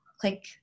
click